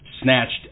snatched